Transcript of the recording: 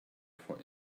for